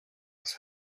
was